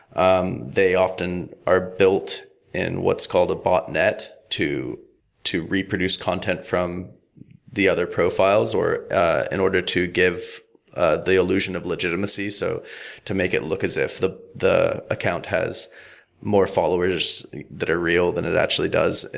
um they often are built in what's called a botnet to to reproduce content from the other profiles in ah in order to give ah the illusion of legitimacy, so to make it look as if the the account has more followers that are real than it actually does,